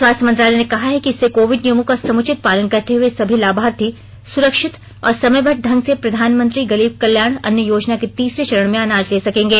स्वास्थ्य मंत्रालय ने कहा है कि इससे कोविड नियमों का समुचित पालन करते हुए सभी लाभार्थी सुरक्षित और समयबद्ध ढंग से प्रधानमंत्री गरीब कल्याण अन्न योजना के तीसरे चरण में अनाज ले सकेंगे